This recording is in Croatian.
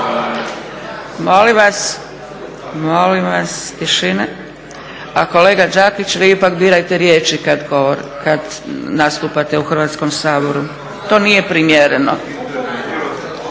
Molim vas. Molim vas tišina. A kolega Đakić vi ipak birajte riječi kad nastupate u Hrvatskom saboru, to nije primjereno.